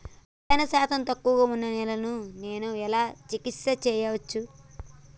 రసాయన శాతం తక్కువ ఉన్న నేలను నేను ఎలా చికిత్స చేయచ్చు?